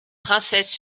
princesse